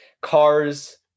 cars